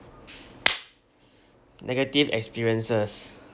negative experiences